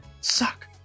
suck